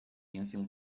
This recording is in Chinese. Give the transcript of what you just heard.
明星